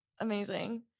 Amazing